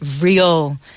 real